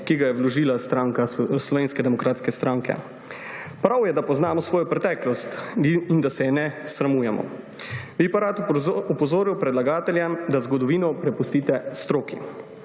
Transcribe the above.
ki ga je vložila Slovenska demokratska stranka. Prav je, da poznamo svojo preteklost in da se je ne sramujemo, bi pa rad opozoril predlagatelje, da zgodovino prepustite stroki,